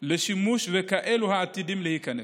לשימוש וכאלו העתידים להיכנס,